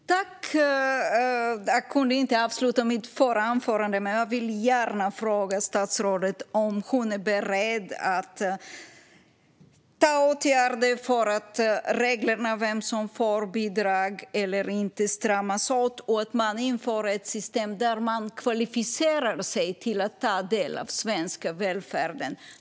Fru talman! Jag hann inte säga allt i mitt förra anförande. Jag vill gärna fråga statsrådet om hon är beredd att vidta åtgärder så att reglerna för vem som får bidrag eller inte stramas åt och att man inför ett system där människor kvalificerar sig för att ta del av den svenska välfärden.